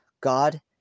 God